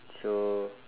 so